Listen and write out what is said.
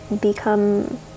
become